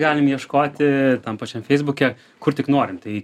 galim ieškoti tam pačiam feisbuke kur tik norim tai